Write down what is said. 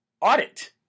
audit